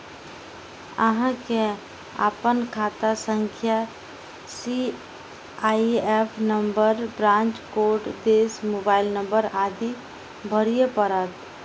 अहां कें अपन खाता संख्या, सी.आई.एफ नंबर, ब्रांच कोड, देश, मोबाइल नंबर आदि भरय पड़त